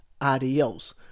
adios